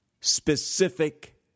specific